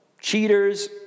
Cheaters